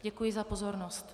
Děkuji za pozornost.